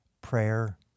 Prayer